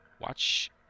watch